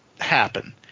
happen